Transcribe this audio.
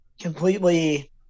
completely